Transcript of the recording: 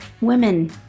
Women